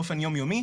באופן יום יומי?